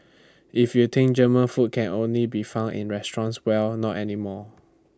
if you think German food can only be found in restaurants well not anymore